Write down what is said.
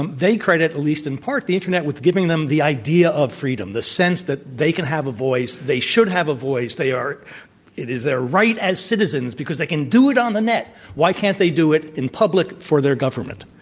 and they credit, at least in part, the internet with giving them the idea of freedom, the sense that they can have a voice. they should have a voice. they are it is their right as citizens because they can do it on the net. why ca n't they do it in public for their government?